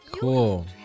Cool